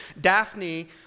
Daphne